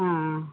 हां